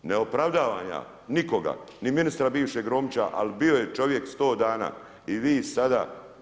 Ne opravdavam ja nikoga, ni ministra bivšeg Romića ali bio je čovjek 100 dana i vi sada.